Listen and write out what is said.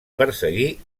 perseguir